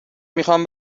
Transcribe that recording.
میخام